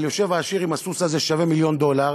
אבל יושב העשיר עם הסוס הזה, ששווה מיליון דולר,